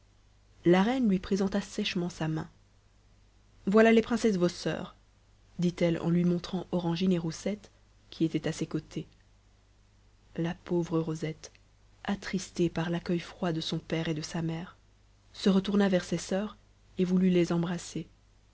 la reine lui présenta sèchement sa main voilà les princesses vos soeurs dit-elle en lui montrant orangine et roussette qui étaient à ses côtés la pauvre rosette attristée par l'accueil froid de son père et de sa mère se retourna vers ses soeurs et voulut les embrasser